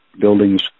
buildings